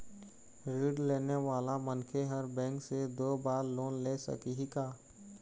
ऋण लेने वाला मनखे हर बैंक से दो बार लोन ले सकही का?